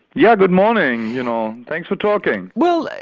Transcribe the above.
yeah, good morning. you know thanks for talking. well,